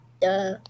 Duh